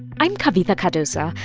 i'm kavitha cardoza.